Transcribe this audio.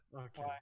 Okay